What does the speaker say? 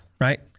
right